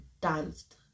danced